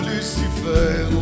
Lucifer